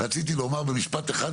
רציתי לומר את מה שאמרת במשפט אחד,